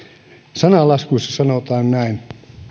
sananlaskuissa sanotaan näin